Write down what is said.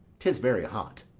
t'is very hot.